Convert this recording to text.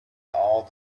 all